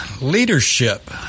leadership